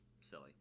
silly